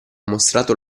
mostrato